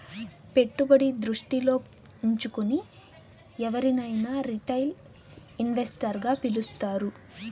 పెట్టుబడి దృష్టిలో ఉంచుకుని ఎవరినైనా రిటైల్ ఇన్వెస్టర్ గా పిలుస్తారు